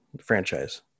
franchise